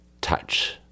touch